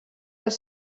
els